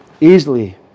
easily